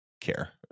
care